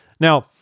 Now